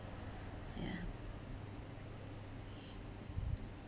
ya